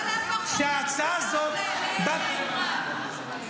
אתה היית חבר מל"ג?